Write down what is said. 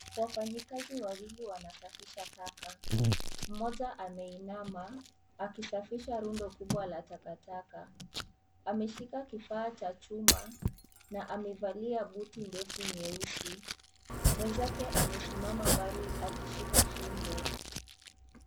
Wafanyikazi wawili wanasafisha taka. Mmoja ameinama akisafisha rundo kubwa la takataka. Ameshika kifaa cha chuma na amevalia buti ndefu nyeusi. Mwenzake amesimama mbali akishika fimbo.